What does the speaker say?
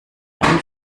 einen